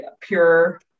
pure